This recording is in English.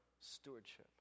stewardship